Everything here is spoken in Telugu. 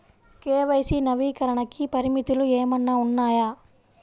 కే.వై.సి నవీకరణకి పరిమితులు ఏమన్నా ఉన్నాయా?